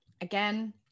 again